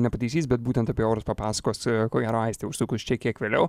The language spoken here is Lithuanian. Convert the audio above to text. nepataisys bet būtent apie orus papasakos ko gero aistė užsukus čia kiek vėliau